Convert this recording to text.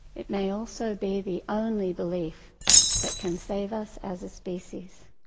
it may also be the only belief that can save us as a species.